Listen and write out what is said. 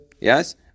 Yes